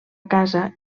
casa